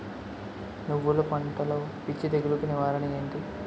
నువ్వులు పంటలో పిచ్చి తెగులకి నివారణ ఏంటి?